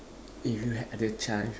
if you had the chance